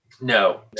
No